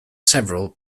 several